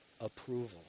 approval